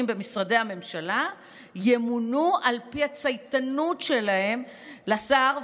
במשרדי הממשלה ימונו על פי הצייתנות שלהם לשר,